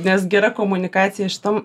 nes gera komunikacija šitam